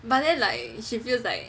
but then like she feels like